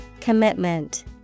Commitment